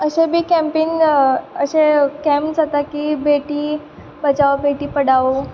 अशें बी कॅम्पीन अशें स्कॅम जाता की तीं बेटी बचाव बेटी पढाव